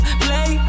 play